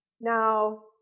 Now